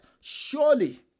Surely